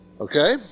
Okay